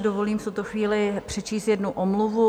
Dovolím si v tuto chvíli přečíst jednu omluvu.